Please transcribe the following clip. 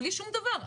בלי שום דבר.